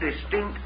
distinct